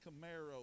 Camaro